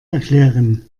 erklären